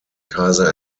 kaiser